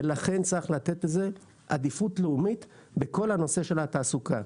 לכן צריך לתת לזה עדיפות לאומית בכל הנושא של התעסוקה.